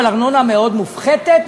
אבל ארנונה מאוד מופחתת,